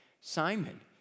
Simon